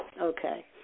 Okay